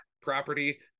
Property